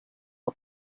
the